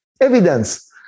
evidence